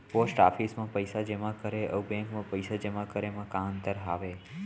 post office मा पइसा जेमा करे अऊ बैंक मा पइसा जेमा करे मा का अंतर हावे